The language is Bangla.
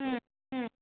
হুম হুম